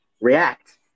react